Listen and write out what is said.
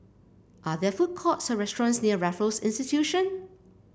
are there food courts or restaurants near Raffles Institution